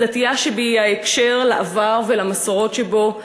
הדתייה שבי היא הקשר לעבר ולמסורות שבו,